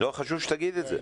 חשוב שתגיד את זה.